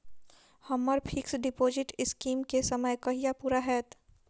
हम्मर fix deposit scheme केँ समय कहिया पूरा हैत?